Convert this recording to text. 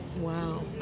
Wow